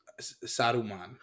Saruman